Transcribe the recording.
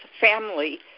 family